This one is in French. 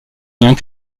commis